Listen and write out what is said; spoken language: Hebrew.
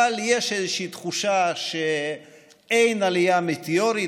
אבל יש איזושהי תחושה שאין עלייה מטאורית,